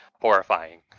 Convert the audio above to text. horrifying